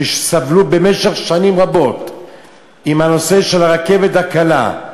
שסבלו במשך שנים רבות בנושא של הרכבת הקלה,